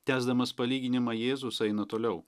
tęsdamas palyginimą jėzus eina toliau